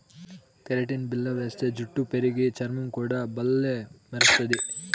keratin బిల్ల వేస్తే జుట్టు పెరిగి, చర్మం కూడా బల్లే మెరస్తది